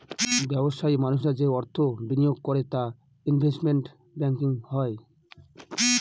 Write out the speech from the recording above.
ব্যবসায়ী মানুষরা যে অর্থ বিনিয়োগ করে তা ইনভেস্টমেন্ট ব্যাঙ্কিং হয়